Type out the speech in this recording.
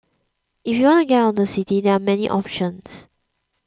if you want to get out of the city there are many options